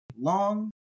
Long